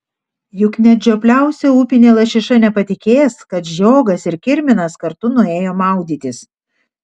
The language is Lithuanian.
juk net žiopliausia upinė lašiša nepatikės kad žiogas ir kirminas kartu nuėjo maudytis